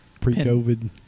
Pre-COVID